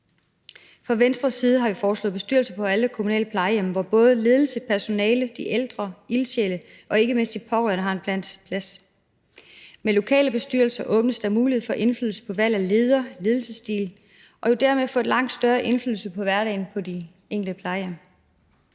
Fra Venstres side har vi foreslået bestyrelser på alle kommunale plejehjem, hvor både ledelse, personale, de ældre, ildsjæle og ikke mindst de pårørende har en plads. Med lokale bestyrelser åbnes der mulighed for indflydelse på valg af leder og ledelsesstil, og man vil dermed få langt større indflydelse på hverdagen på de enkelte plejehjem.